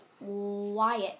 Wyatt